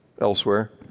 elsewhere